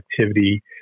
activity